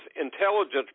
Intelligence